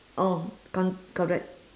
oh co~ correct